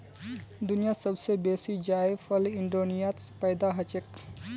दुनियात सब स बेसी जायफल इंडोनेशियात पैदा हछेक